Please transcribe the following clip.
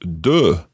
de